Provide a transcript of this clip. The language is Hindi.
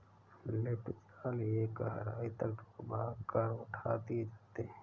लिफ्ट जाल एक गहराई तक डूबा कर उठा दिए जाते हैं